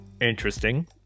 Interesting